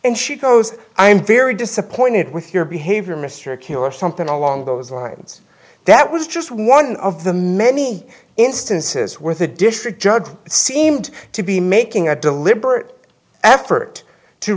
and she goes i'm very disappointed with your behavior mr king or something along those lines that was just one of the many instances where the district judge seemed to be making a deliberate effort to